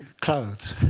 clothes.